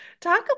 talk